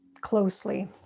closely